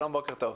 שלום, בוקר טוב.